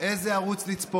באיזה ערוץ לצפות.